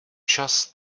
čas